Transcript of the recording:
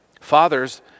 Fathers